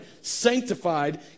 sanctified